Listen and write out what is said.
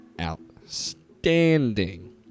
outstanding